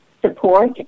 support